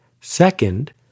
Second